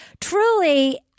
truly